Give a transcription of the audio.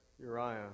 Uriah